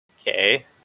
Okay